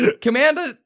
Commander